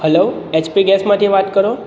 hello HP ગેસમાંથી વાત કરો